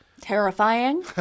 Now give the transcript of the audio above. Terrifying